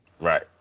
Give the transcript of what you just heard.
Right